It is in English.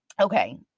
okay